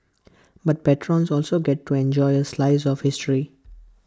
but patrons also get to enjoy A slice of history